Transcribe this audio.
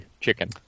chicken